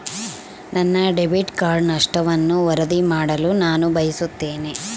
ನನ್ನ debit card ನಷ್ಟವನ್ನು ವರದಿ ಮಾಡಲು ನಾನು ಬಯಸುತ್ತೇನೆ